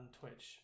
Twitch